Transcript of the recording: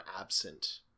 absent